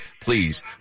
Please